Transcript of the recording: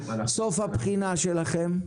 סוף הבחינה שלכם?